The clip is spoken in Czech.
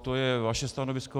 To je vaše stanovisko.